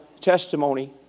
testimony